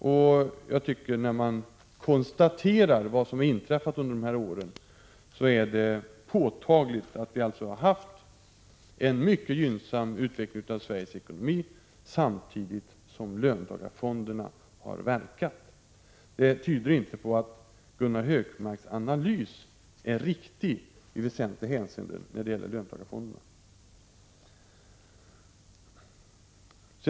När man nu kan konstatera vad som har inträffat under de här åren är det emellerid påtagligt att vi har haft en mycket gynnsam utveckling av Sveriges ekonomi, samtidigt som löntagarfonderna har verkat. Det tyder inte på att Gunnar Hökmarks analys när det gäller löntagarfonderna är riktig i väsentliga hänseenden.